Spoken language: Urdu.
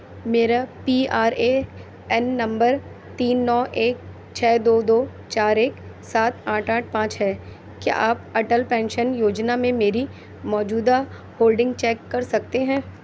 میرا پی آر اے این نمبر تین نو ایک چھ دو دو چار ایک سات آٹھ آٹھ پانچ ہے کیا آپ اٹل پینشن یوجنا میں میری موجودہ ہولڈنگ چیک کر سکتے ہیں